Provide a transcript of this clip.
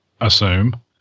assume